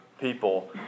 people